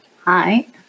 Hi